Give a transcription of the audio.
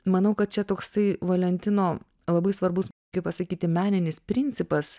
manau kad čia toksai valentino labai svarbus kaip pasakyti meninis principas